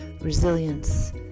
resilience